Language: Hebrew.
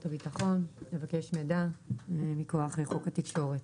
הבטחון לבקש מידע מכוח חוק התקשורת.